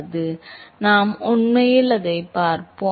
எனவே நாம் உண்மையில் அதைப் பார்ப்போம்